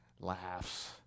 laughs